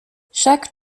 chaque